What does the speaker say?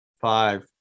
Five